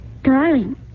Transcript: Darling